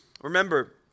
Remember